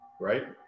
right